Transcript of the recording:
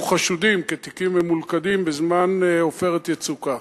חשודים כתיקים ממולכדים בזמן "עופרת יצוקה".